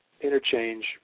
interchange